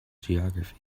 geography